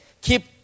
keep